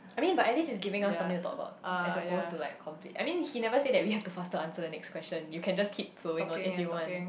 I mean but at least he's giving us something to talk about as opposed to like complete I mean he never say that we have to faster answer the next question you can just keep flowing on if you want